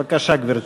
בבקשה, גברתי.